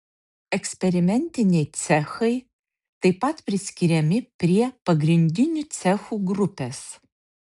eksperimentiniai cechai taip pat priskiriami prie pagrindinių cechų grupės